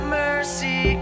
mercy